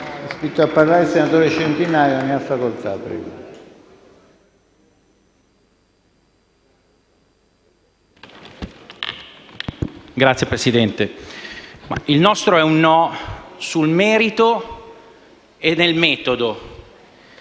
il nostro è un no sul merito e sul metodo